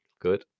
Good